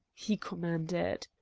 he commanded.